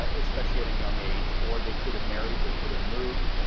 ah especially at a young age, or they could have married, they could have moved.